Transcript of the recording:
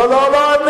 לא, לא, לא.